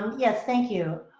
um yes. thank you.